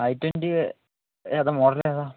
I twenty ഏതാണ് ഏതാണ് മോഡലേതാണ്